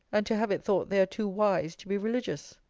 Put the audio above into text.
and to have it thought they are too wise to be religious.